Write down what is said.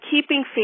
keeping